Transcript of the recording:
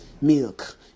milk